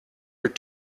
your